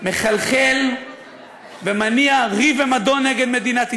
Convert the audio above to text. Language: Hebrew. מחלחל ומניע ריב ומדון נגד מדינת ישראל,